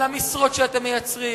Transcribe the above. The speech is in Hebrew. על המשרות שאתם מייצרים.